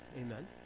Amen